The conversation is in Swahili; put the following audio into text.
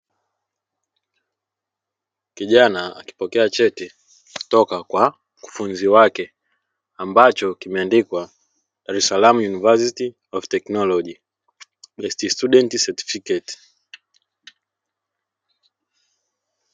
Kijana akipokea cheti kutoka kwa mkufunzi wake ambacho kimeandikwa "Dar-es-salaam university of technology best student certificate"